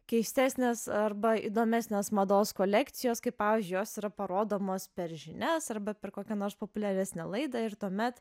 keistesnės arba įdomesnės mados kolekcijos kai pavyzdžiui jos yra parodomos per žinias arba per kokią nors populiaresnę laidą ir tuomet